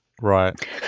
Right